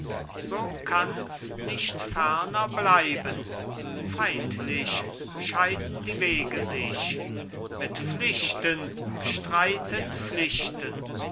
so kanns nicht ferner bleiben feindlich scheiden die wege sich mit pflichten streiten pflichten